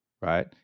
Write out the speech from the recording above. right